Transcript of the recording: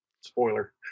Spoiler